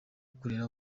kurera